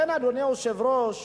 אדוני היושב-ראש,